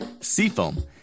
Seafoam